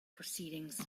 proceedings